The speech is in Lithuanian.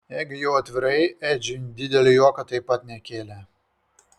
jeigu jau atvirai edžiui didelio juoko taip pat nekėlė